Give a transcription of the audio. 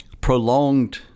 prolonged